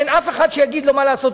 אין אף אחד שיכול להגיד לו מה לעשות.